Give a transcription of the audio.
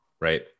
right